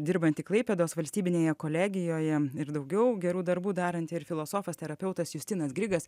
dirbanti klaipėdos valstybinėje kolegijoje ir daugiau gerų darbų daranti ir filosofas terapeutas justinas grigas